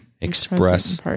Express